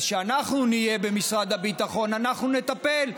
אז כשאנחנו נהיה במשרד הביטחון אנחנו נטפל,